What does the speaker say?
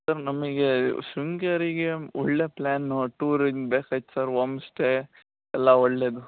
sir ನಮಗೆ ಶೃಂಗೇರಿಗೆ ಒಳ್ಳೆಯ ಪ್ಲಾನ್ ನೋಡಿ ಟೂರಿಂದು ಬೇಕಾಗಿತ್ ಸರ್ ಓಮ್ಸ್ಟೇ ಎಲ್ಲ ಒಳ್ಳೆಯದು